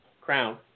Crown